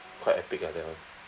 quite epic ah that one